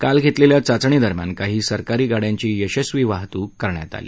काल घेतलेल्या चाचणीदरम्यान काही सरकारी गाड्यांची यशस्वी वाहतूक करण्यात आली